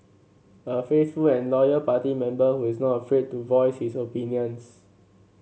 a faithful and loyal party member who is not afraid to voice his opinions